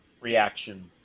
reaction